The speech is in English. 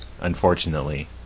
unfortunately